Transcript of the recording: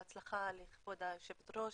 בהצלחה לכבוד היושבת ראש.